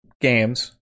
games